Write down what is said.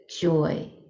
joy